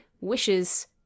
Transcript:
wishes